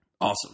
Awesome